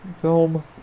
film